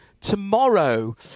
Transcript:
tomorrow